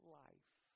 life